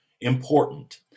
important